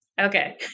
Okay